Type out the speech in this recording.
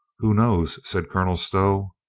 who knows? said colonel stow.